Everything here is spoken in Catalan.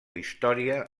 història